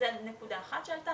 זו נקודה אחת שעלתה.